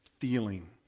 feeling